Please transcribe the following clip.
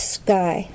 sky